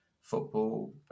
football